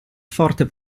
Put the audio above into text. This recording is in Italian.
forte